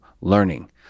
learning